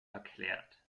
erklärt